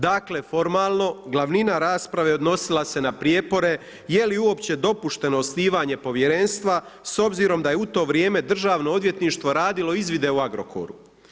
Dakle, formalno, glavnina rasprave odnosila se na prijepore je li uopće dopušteno osnivanje povjerenstva s obzirom da je u to vrijeme državno odvjetništvo radilo izvide u Agrokoru.